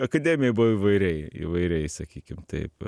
akademijoj buvo įvairiai įvairiai sakykim taip